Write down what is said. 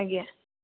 ଆଜ୍ଞା